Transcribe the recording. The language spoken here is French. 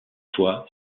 fois